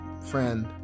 friend